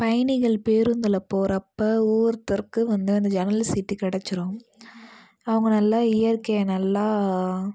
பயணிகள் பேருந்தில் போகிறப்ப ஒவ்வொருத்தருக்கு வந்து அந்த ஜன்னல் சீட்டு கெடைச்சிரும் அவங்க நல்லா இயற்கையை நல்லா